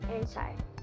inside